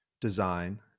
design